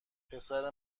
پسر